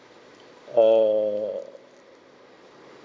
err